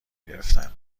گرفتن